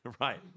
Right